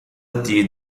dyn